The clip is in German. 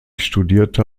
studierte